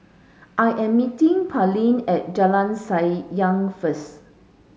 I am meeting Parlee at Jalan Sayang first